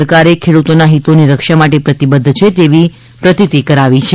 સરકારે ખેડૂતોના હિતોની રક્ષા માટે પ્રતિબધ્ધ છે તેની પ્રતિતી કરાવી છે